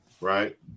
Right